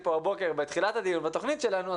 פה הבוקר בתחילת הדיון בתוכנית שלנו,